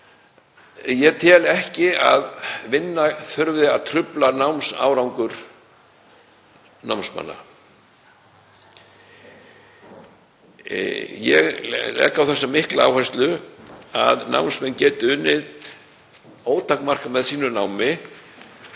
ég tel ekki að vinna þurfi að trufla námsárangur námsmanna. Ég legg á það mikla áherslu að námsmenn geti unnið ótakmarkað með sínu námi